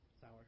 Sour